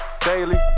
daily